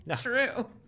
true